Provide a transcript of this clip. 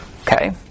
Okay